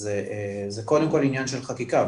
אז זה קודם כל עניין של חקיקה,